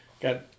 got